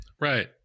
Right